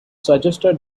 suggested